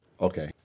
Okay